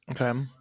Okay